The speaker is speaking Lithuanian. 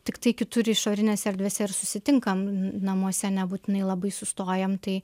tiktai kitur išorinėse erdvėse ir susitinkam namuose nebūtinai labai sustojam tai